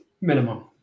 minimum